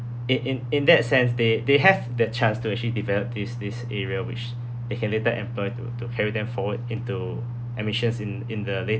in in in that sense they they have the chance to actually develop this this area which they can later ample to to carry them forward into admissions in in the later